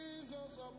Jesus